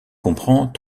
comprend